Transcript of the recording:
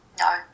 No